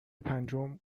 پنجم